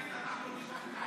אנחנו משוכנעים,